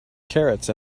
carrots